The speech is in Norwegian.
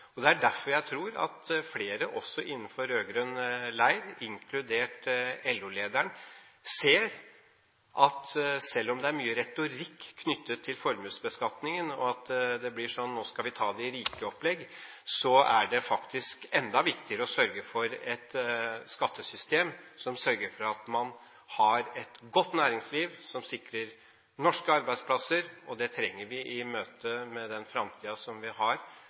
arbeidsplasser. Det er derfor jeg tror at flere også innenfor rød-grønn leir, inkludert LO-lederen, ser at selv om det er mye retorikk knyttet til formuesbeskatningen, og at det blir et nå skal vi ta de rike-opplegg, er det faktisk enda viktigere med et skattesystem som sørger for at man har et godt næringsliv som kan sikre norske arbeidsplasser. Det trenger vi i møte med den fremtiden som vi har